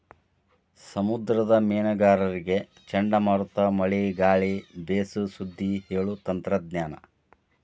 ಸಮುದ್ರದ ಮೇನುಗಾರರಿಗೆ ಚಂಡಮಾರುತ ಮಳೆ ಗಾಳಿ ಬೇಸು ಸುದ್ದಿ ಹೇಳು ತಂತ್ರಜ್ಞಾನ